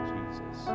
Jesus